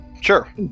Sure